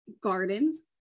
gardens